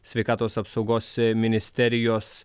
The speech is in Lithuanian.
sveikatos apsaugos ministerijos